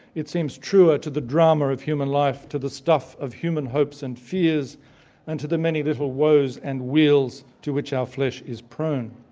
it seems truer to the drama of human life, to the stuff of human hopes and fears and to the many little woes and wheals to which our flesh is prone.